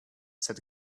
said